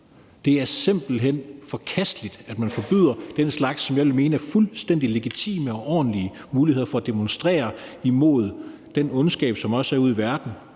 Det er simpelt hen forkasteligt, at man forbyder den slags, som jeg vil mene er fuldstændig legitime og ordentlige muligheder for at demonstrere imod den ondskab, som også er ude i verden,